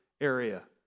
area